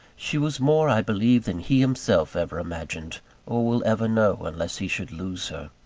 she was more, i believe, than he himself ever imagined or will ever know, unless he should lose her.